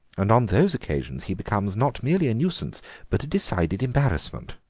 and on those occasions he becomes not merely a nuisance but a decided embarrassment.